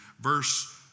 Verse